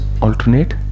alternate